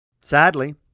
sadly